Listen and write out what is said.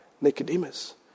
Nicodemus